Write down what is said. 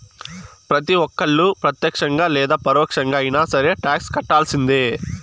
ప్రతి ఒక్కళ్ళు ప్రత్యక్షంగా లేదా పరోక్షంగా అయినా సరే టాక్స్ కట్టాల్సిందే